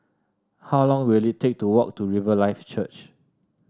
how long will it take to walk to Riverlife Church